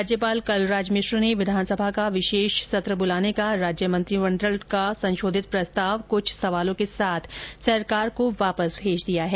राज्यपाल कलराज मिश्र ने विधानसभा का विशेष सत्र बुलाने का राज्य मंत्रिमंडल का संशोधित प्रस्ताव कृष्ठ सवालों के साथ सरकार को वापस भेज दिया है